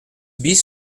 bis